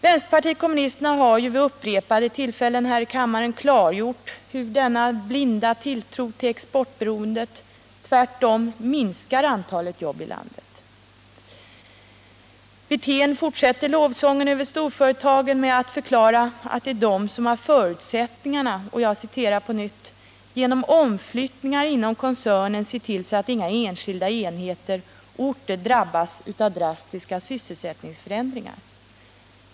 Vänsterpartiet kommunisterna har vid upprepade tillfällen här i kammaren klargjort hur denna blinda tilltro till exportberoendet tvärtom minskar antalet jobb i landet. Herr Wirtén fortsätter lovsången över storföretagen med att förklara att det är de som har förutsättningarna att ”genom omflyttningar inom koncernen se till så att inte enskilda enheter och orter drabbas av drastiska sysselsättningsförändringar”.